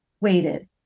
waited